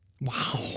Wow